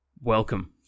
Welcome